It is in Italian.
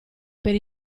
per